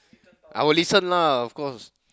I will listen lah of course